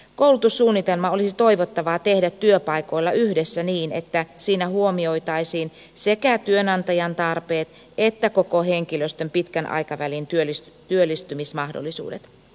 koulutussuunnitelma olisi toivottavaa tehdä työpaikoilla yhdessä niin että siinä huomioitaisiin sekä työnantajan tarpeet että koko henkilöstön pitkän aikavälin työllistymismahdollisuudet